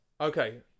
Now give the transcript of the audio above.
Okay